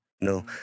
No